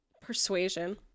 persuasion